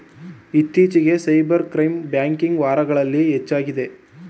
ಇತ್ತೀಚಿಗೆ cyber crime banking ವಾರಗಳಲ್ಲಿ ಹೆಚ್ಚಾಗಿದೆ